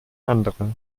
andere